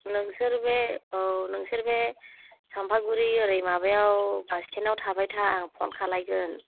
नोंसोर बे औ नोंसोर बे सामफागुरि ओरै माबायाव बास स्टेन्द आव थाबाय था आं फन खालायगोन